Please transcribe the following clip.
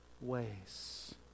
ways